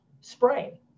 spray